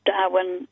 Darwin